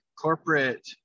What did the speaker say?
corporate